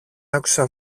άκουσα